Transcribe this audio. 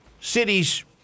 cities